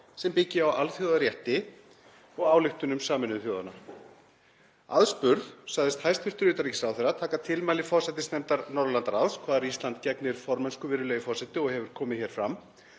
sem byggi á alþjóðarétti og ályktunum Sameinuðu þjóðanna. Aðspurð sagðist hæstv. utanríkisráðherra taka tilmæli forsætisnefndar Norðurlandaráðs, hvar Ísland gegnir formennsku, virðulegi forseti, og hefur komið hér fram,